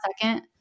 second